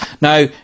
Now